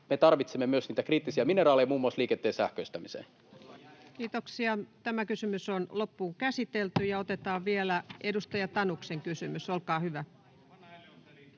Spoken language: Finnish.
Me tarvitsemme myös niitä kriittisiä mineraaleja muun muassa liikenteen sähköistämiseen. Otetaan vielä edustaja Tanuksen kysymys. Olkaa hyvä.